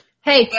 Hey